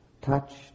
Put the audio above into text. touched